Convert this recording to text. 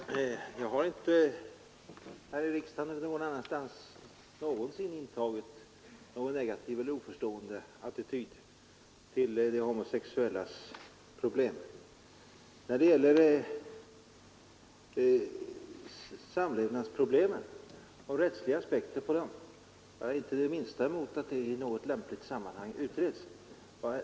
Herr talman! Jag har inte här i riksdagen eller någon annanstans någonsin intagit en negativ eller oförstående attityd till de homosexuellas problem. När det gäller rättsliga aspekter på samlevnadsproblemen har jag inte det minsta emot att dessa problem i något lämpligt sammanhang utreds.